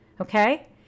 Okay